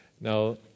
Now